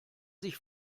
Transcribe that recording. sich